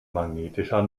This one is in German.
magnetischer